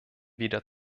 weder